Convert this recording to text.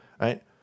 Right